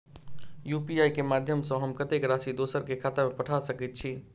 UPI केँ माध्यम सँ हम कत्तेक राशि दोसर केँ खाता मे पठा सकैत छी?